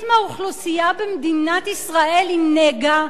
מהאוכלוסייה במדינת ישראל היא נגע?